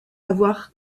avoir